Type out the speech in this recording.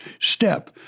step